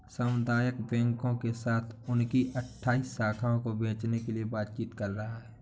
सामुदायिक बैंकों के साथ उनकी अठ्ठाइस शाखाओं को बेचने के लिए बातचीत कर रहा है